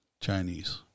Chinese